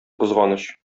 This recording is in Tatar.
кызганыч